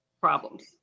problems